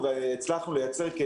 ולא לחברות להסיע.